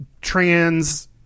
trans